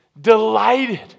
delighted